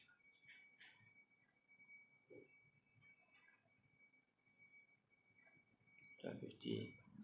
twelve fifty